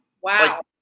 Wow